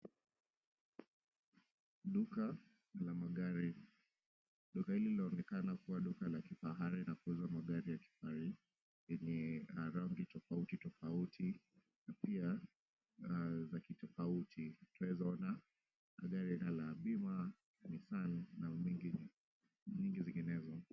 Duka, la magari, duka hili liloonekana kuwa duka la kifahari na kuza magari ya kifahari yenye rangi tofauti tofauti na pia za kitofauti, tunawezaona magari la bima Nissan na mengine. Mingi zingenezo.